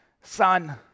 Son